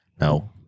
No